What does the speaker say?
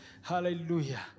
hallelujah